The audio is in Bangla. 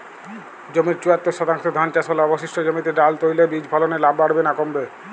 জমির চুয়াত্তর শতাংশে ধান চাষ হলে অবশিষ্ট জমিতে ডাল তৈল বীজ ফলনে লাভ বাড়বে না কমবে?